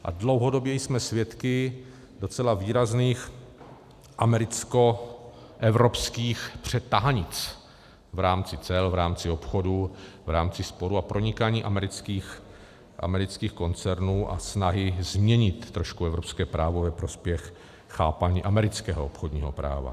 A dlouhodobě jsme svědky docela výrazných americkoevropských přetahanic v rámci cel, v rámci obchodu, v rámci sporu a pronikání amerických koncernů a snahy změnit trošku evropské právo ve prospěch chápání amerického obchodního práva.